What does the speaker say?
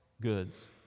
goods